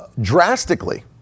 drastically